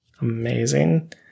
Amazing